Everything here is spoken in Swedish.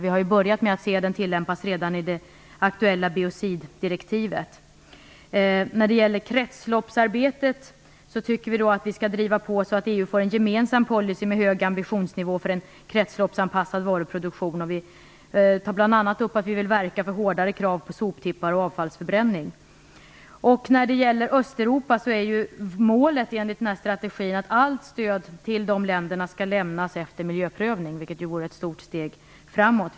Vi har börjat med att se den tilllämpas redan i det aktuella biociddirektivet. När det gäller kretsloppsarbetet tycker vi att vi skall driva på så att EU får en gemensam policy med hög ambitionsnivå för en kretsloppsanpassad varuproduktion. Vi tar bl.a. upp att vi vill verka för hårdare krav på soptippar och avfallsförbränning. När det gäller Östeuropa är målet enligt strategin att allt stöd till de länderna skall lämnas efter miljöprövning, vilket vore ett stort steg framåt.